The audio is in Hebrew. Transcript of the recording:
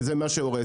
וזה מה שהורס.